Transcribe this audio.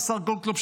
השר גולדקנופ,